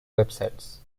websites